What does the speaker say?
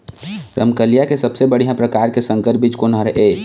रमकलिया के सबले बढ़िया परकार के संकर बीज कोन हर ये?